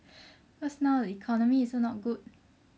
cause the economy also not good